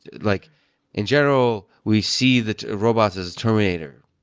like in general, we see that robots as terminator.